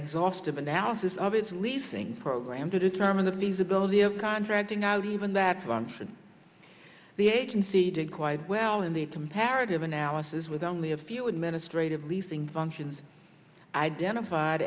exhaustive analysis of its leasing program to determine the feasibility of contracting out even that function the agency did quite well in the comparative analysis with only a few administrative leasing functions identif